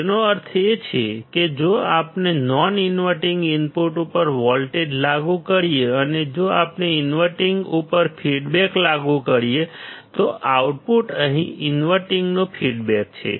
તેનો અર્થ એ છે કે જો આપણે નોન ઇન્વર્ટીંગ ઇનપુટ ઉપર વોલ્ટેજ લાગુ કરીએ અને જો આપણે ઇન્વર્ટીંગ ઉપર ફીડબેક લાગુ કરીએ તો આઉટપુટ અહીં ઇન્વર્ટીંગનો ફીડબેક છે